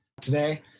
today